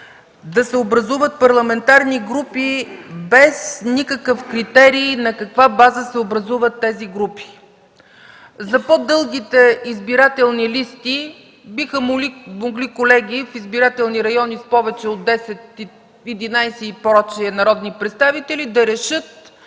да се образуват парламентарни групи без никакъв критерии, и на каква база се образуват тези групи. За по-дългите избирателни листи – биха могли колеги от избирателни райони с повече от десет, единадесет и прочее народни представители, да решат,